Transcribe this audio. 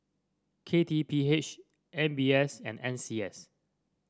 K T P H M B S and N C S